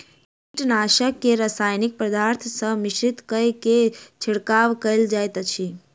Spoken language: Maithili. कीटनाशक के रासायनिक पदार्थ सॅ मिश्रित कय के छिड़काव कयल जाइत अछि